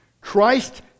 christ